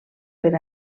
per